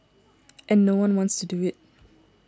and no one wants to do it